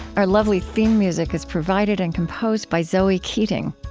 our lovely theme music is provided and composed by zoe keating.